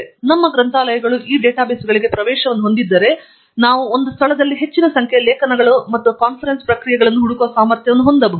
ಆದ್ದರಿಂದ ನಮ್ಮ ಗ್ರಂಥಾಲಯಗಳು ಈ ಡೇಟಾಬೇಸ್ಗಳಿಗೆ ಪ್ರವೇಶವನ್ನು ಹೊಂದಿದ್ದರೆ ನಾವು ಒಂದು ಸ್ಥಳದಲ್ಲಿ ಹೆಚ್ಚಿನ ಸಂಖ್ಯೆಯ ಲೇಖನಗಳು ಮತ್ತು ಕಾನ್ಫರೆನ್ಸ್ ಪ್ರಕ್ರಿಯೆಗಳನ್ನು ಹುಡುಕುವ ಸಾಮರ್ಥ್ಯವನ್ನು ಹೊಂದಿರಬಹುದು